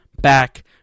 back